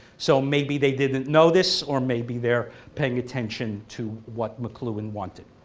so maybe they didn't know this or maybe they're paying attention to what mcluhan wanted.